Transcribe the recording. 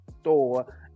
store